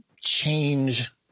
change